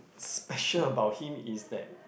special about him is that